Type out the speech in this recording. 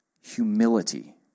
humility